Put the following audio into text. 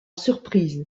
surprise